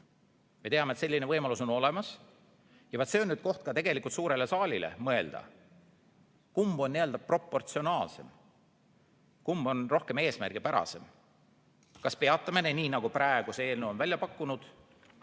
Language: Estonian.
Me teame, et selline võimalus on olemas. Ja vaat see on nüüd koht ka suurele saalile mõelda, kumb on proportsionaalsem. Kumb on eesmärgipärasem? Kas peatamine, nii nagu praegu see eelnõu on välja pakkunud,